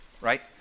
Right